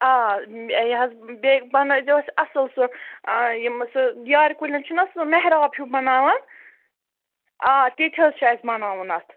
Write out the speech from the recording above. آ یہِ حظ بیٚیہِ بَنٲیزیو اَسہِ اَصٕل سُہ یِم سُہ یارِ کُلٮ۪ن چھُنَہ سُہ مہراب ہیوٗ بَناوان آ تِتہِ حظ چھُ اَسہِ مَناوُن اَتھ